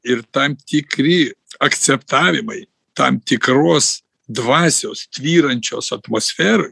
ir tam tikri akceptavimai tam tikruos dvasios tvyrančios atmosfero